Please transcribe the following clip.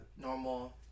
normal